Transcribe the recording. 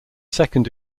second